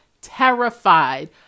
terrified